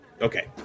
Okay